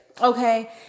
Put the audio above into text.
okay